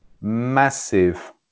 massive